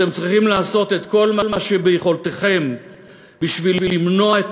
אתם צריכים לעשות את כל מה שביכולתכם בשביל למנוע את